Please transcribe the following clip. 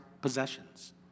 possessions